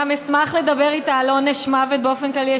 ואני גם אשמח לדבר איתה על עונש מוות באופן כללי.